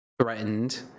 Threatened